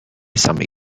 samej